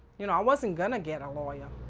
you know, i wasn't gonna get a lawyer.